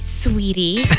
sweetie